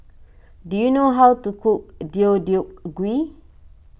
do you know how to cook Deodeok Gui